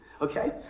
okay